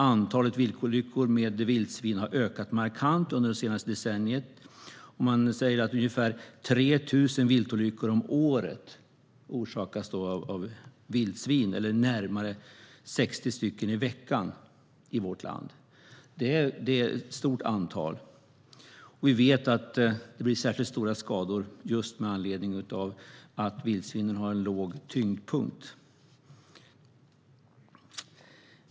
Antalet viltolyckor med vildsvin har ökat markant under det senaste decenniet. Man säger att ungefär 3 000 viltolyckor om året - närmare 60 i veckan - orsakas av vildsvin i vårt land. Det är ett stort antal. Och vi vet att det blir särskilt stora skador just med anledning av att vildsvinen har en låg tyngdpunkt.